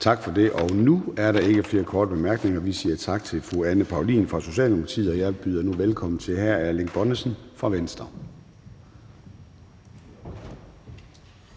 Kl. 14:06 Formanden (Søren Gade): Tak for det. Nu er der ikke flere korte bemærkninger. Vi siger tak til fru Anne Paulin fra Socialdemokratiet, og jeg byder nu velkommen til hr. Erling Bonnesen fra Venstre.